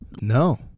no